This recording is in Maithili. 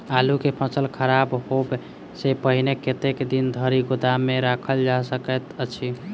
आलु केँ फसल खराब होब सऽ पहिने कतेक दिन धरि गोदाम मे राखल जा सकैत अछि?